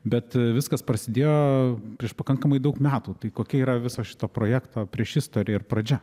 bet viskas prasidėjo prieš pakankamai daug metų tai kokia yra viso šito projekto priešistorė ir pradžia